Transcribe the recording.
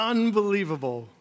Unbelievable